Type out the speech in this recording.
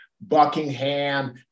Buckingham